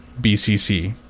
BCC